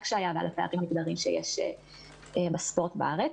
שהיה ועל הפערים המגדריים שיש בספורט בארץ.